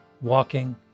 walking